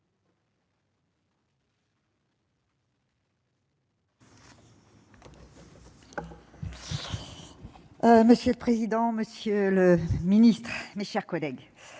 Monsieur le président, monsieur le ministre, mes chers collègues,